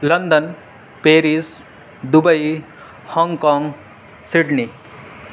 London Paris Dubai Hong Kong Sydney